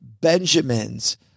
Benjamins